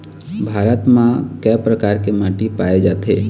भारत म कय प्रकार के माटी पाए जाथे?